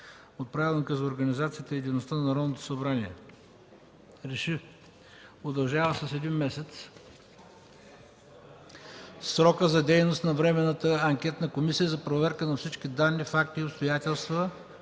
от Правилника за организацията и дейността на Народното събрание РЕШИ: Удължава с един месец срока за дейност на Временната анкетна комисия за проверка на всички данни, факти и обстоятелства